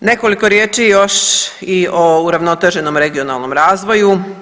Nekoliko riječi još i o uravnoteženom regionalnom razvoju.